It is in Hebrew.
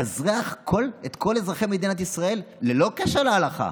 לאזרח את כל אזרחי מדינת ישראל ללא קשר להלכה.